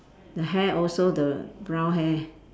the hair also the brown hair